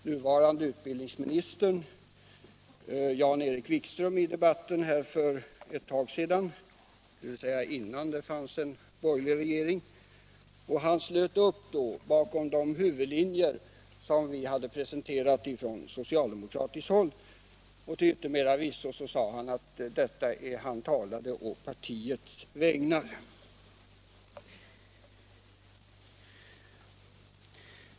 Nuvarande utbildningsministern, Jan-Erik Wikström, deltog bl.a. i den här debatten för ett tag sedan, dvs. innan det fanns en borgerlig regering, och han slöt då upp bakom de huvudlinjer vi från socialdemokratiskt håll hade presenterat. Till yttermera visso sade han att han talade å partiets vägnar.